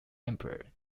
emperor